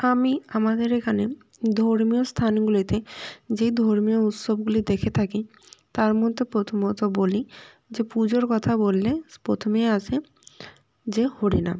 আমি আমাদের এখানে ধর্মীয় স্থানগুলিতে যে ধর্মীয় উৎসবগুলি দেখে থাকি তার মধ্যে প্রথমত বলি যে পুজোর কথা বললে প্রথমে আসে যে হরিনাম